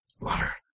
Water